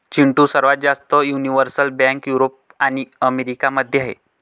चिंटू, सर्वात जास्त universal bank Europe आणि अमेरिका मध्ये आहेत